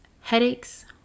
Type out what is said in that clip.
headaches